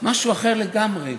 משהו אחר לגמרי.